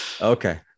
Okay